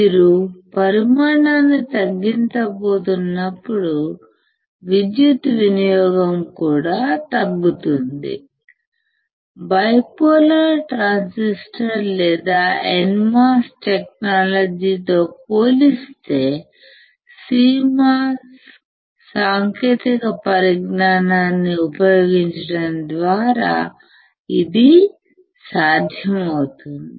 మీరు పరిమాణాన్ని తగ్గించబోతున్నప్పుడు విద్యుత్ వినియోగం కూడా తగ్గుతుంది బైపోలార్ ట్రాన్సిస్టర్ లేదా NMOS టెక్నాలజీతోపోలిస్తే CMOS సాంకేతిక పరిజ్ఞానాన్ని ఉపయోగించడం ద్వారా ఇది సాధ్యమవుతుంది